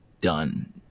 done